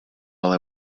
while